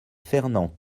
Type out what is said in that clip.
fernand